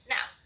Now